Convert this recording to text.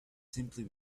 simply